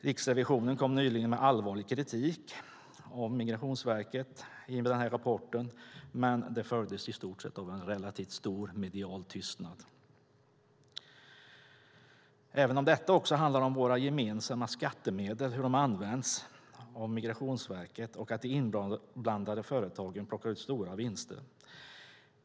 Riksrevisionen kom med allvarlig kritik av Migrationsverket i rapporten, men den möttes av relativt stor medial tystnad - även om detta också handlar om hur våra gemensamma skattemedel används och att de inblandade företagen plockar ut stora vinster.